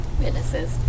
Witnesses